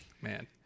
Man